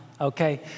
okay